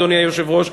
אדוני היושב-ראש,